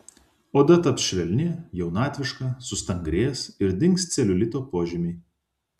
oda taps švelni jaunatviška sustangrės ir dings celiulito požymiai